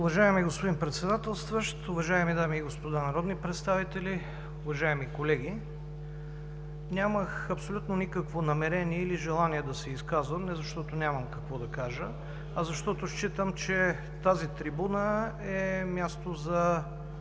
Уважаеми господин Председателстващ, уважаеми дами и господа народни представители, уважаеми колеги! Нямах абсолютно никакво намерение или желание да се изказвам не защото нямам какво да кажа, а защото считам, че тази трибуна е място за